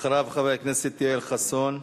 אחריו, חבר הכנסת יואל חסון.